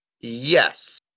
Yes